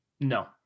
No